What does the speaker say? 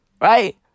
Right